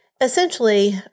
Essentially